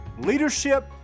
Leadership